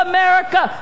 America